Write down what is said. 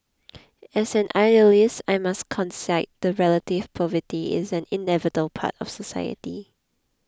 as an idealist I must concede that relative poverty is an inevitable part of society